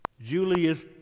Julius